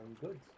goods